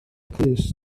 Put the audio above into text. clust